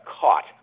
caught